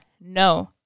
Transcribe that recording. No